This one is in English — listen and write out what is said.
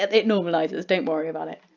it it normalizes, don't worry about it.